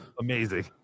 Amazing